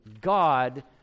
God